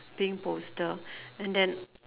pink poster and then